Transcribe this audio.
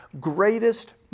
greatest